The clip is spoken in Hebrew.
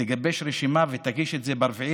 תגבש רשימה ותגיש את זה ב-4 בפברואר,